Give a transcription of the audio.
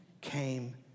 came